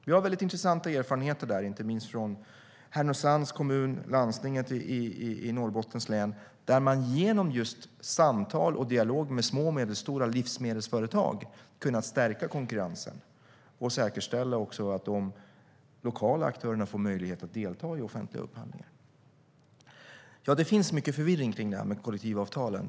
Jag har väldigt intressanta erfarenheter av det, inte minst från Härnösands kommun och Landstinget i Norrbottens län, som genom just samtal och dialog med små och medelstora livsmedelsföretag har kunnat stärka konkurrensen och säkerställa att också de lokala aktörerna får möjlighet att delta i offentliga upphandlingar. Ja, det finns mycket förvirring kring det här med kollektivavtalen.